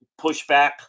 pushback